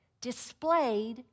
displayed